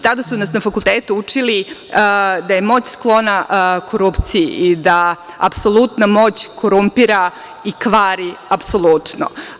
Tada su nas na fakultetu učili da je moć sklona korupciji i da apsolutna moć korumpira i kvari apsolutno.